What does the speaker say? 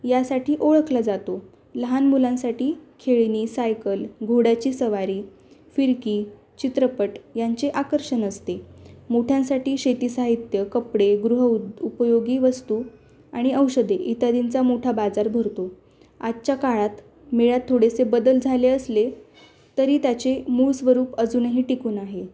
यासाठी ओळखला जातो लहान मुलांसाठी खेळणी सायकल घोड्याची सवारी फिरकी चित्रपट यांचे आकर्षण असते मोठ्यांसाठी शेती साहित्य कपडे गृहउद् उपयोगी वस्तू आणि औषधे इत्यादींचा मोठा बाजार भरतो आजच्या काळात मेळ्यात थोडेसे बदल झाले असले तरी त्याचे मूळ स्वरूप अजूनही टिकून आहे